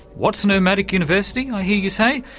what's an urmadic university? i hear you say.